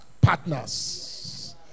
Partners